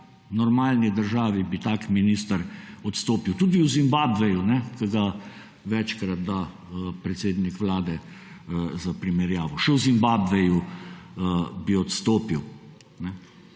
normalni državi bi tak minister odstopil, tudi v Zimbabveju, ki ga večkrat da predsednik Vlade za primerjavo. Še v Zimbabveju bi odstopil.